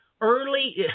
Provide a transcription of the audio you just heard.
early